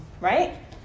right